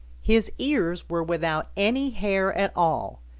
his ears were without any hair at all,